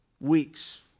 weeks